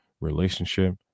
relationship